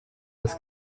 das